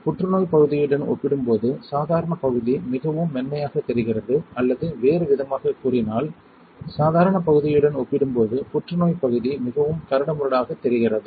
புற்றுநோய்ப் பகுதியுடன் ஒப்பிடும்போது சாதாரணப் பகுதி மிகவும் மென்மையாகத் தெரிகிறது அல்லது வேறுவிதமாகக் கூறினால் சாதாரணப் பகுதியுடன் ஒப்பிடும்போது புற்றுநோய்ப் பகுதி மிகவும் கரடுமுரடாகத் தெரிகிறது